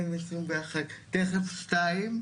תכף 2022,